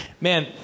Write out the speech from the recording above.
man